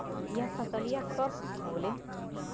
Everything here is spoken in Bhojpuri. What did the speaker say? यह फसलिया कब होले?